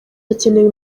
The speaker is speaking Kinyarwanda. hakenewe